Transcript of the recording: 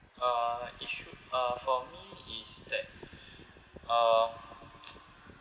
uh issue uh for me is that uh